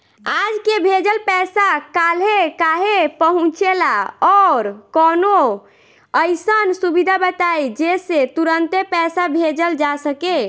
आज के भेजल पैसा कालहे काहे पहुचेला और कौनों अइसन सुविधा बताई जेसे तुरंते पैसा भेजल जा सके?